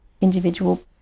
individual